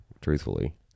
truthfully